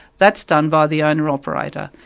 that's done by the owner-operator.